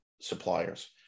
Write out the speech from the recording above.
suppliers